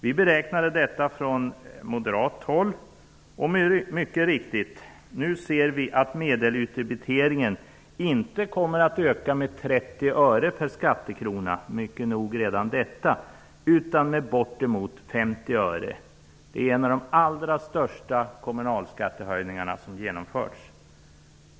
Vi beräknade detta från moderat håll. Och mycket riktigt ser vi nu att medelutdebiteringen inte kommer att öka med 30 öre per skattekrona - mycket nog redan detta - utan med uppemot 50 öre. Det är en av de allra största kommunalskattehöjningarna som genomförts.